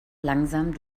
langsam